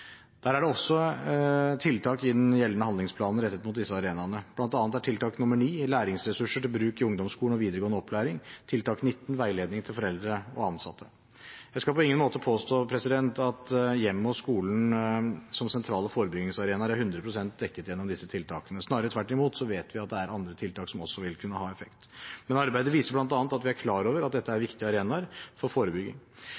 Det er tiltak i den gjeldende handlingsplanen rettet mot disse arenaene, bl.a. tiltak 9, Utvikle læringsressurser til bruk i ungdomsskolen og videregående opplæring og tiltak 19, Veiledning til foreldre og foresatte. Jeg skal på ingen måte påstå at hjemmet og skolen som sentrale forebyggingsarenaer er hundre prosent dekket gjennom disse tiltakene. Vi vet snarere tvert imot at det er andre tiltak som også vil kunne ha effekt. Men arbeidet viser bl.a. at vi er klar over at dette er